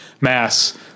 Mass